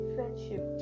Friendship